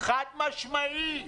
חד-משמעי.